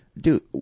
Dude